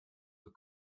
zur